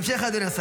ימשיך אדוני השר.